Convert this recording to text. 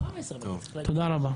תודה רבה.